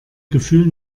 gefühl